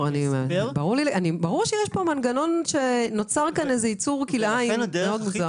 ברור שיש פה מנגנון שיצר פה איזה ייצור כלאיים מאוד מוזר.